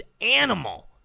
animal